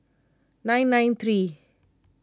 nine nine three